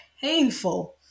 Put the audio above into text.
painful